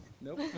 Nope